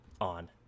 on